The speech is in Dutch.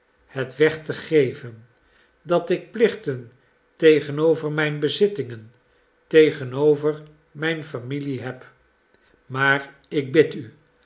het weg te geven dat ik plichten tegenover mijn bezittingen tegenover mijn familie heb maar ik bid u